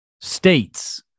states